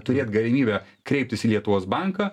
turėt galimybę kreiptis į lietuvos banką